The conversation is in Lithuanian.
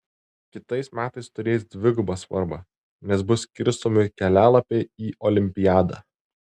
kitais metais turės dvigubą svarbą nes bus skirstomi kelialapiai į olimpiadą